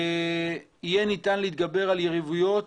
יהיה ניתן להתגבר על יריבויות,